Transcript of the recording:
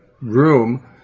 room